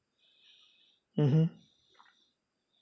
mmhmm